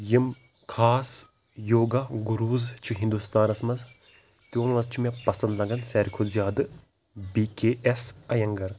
یِم خاص یوگا گُروٗز چھِ ہِندُستانَس منٛز تِمو منٛز چھِ مےٚ پَسَنٛد لَگان ساروی کھۄتہٕ زیادٕ بی کے اٮ۪س اَینٛگَر